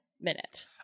minute